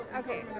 okay